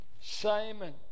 Simon